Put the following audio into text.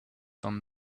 done